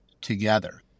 together